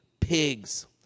pigs